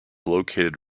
located